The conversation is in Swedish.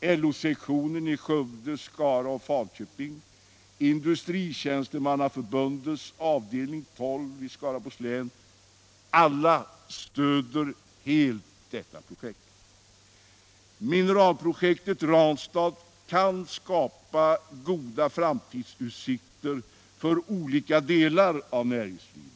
LO-sektionen i Skövde, Skara och Falköping, Skaraborgs läns TCO-distrikt och Industritjänstemannaförbundets avdelning 12 i Skaraborgs län stöder helt projektet. Mineralprojektet Ranstad kan skapa goda framtidsutsikter för olika delar av näringslivet.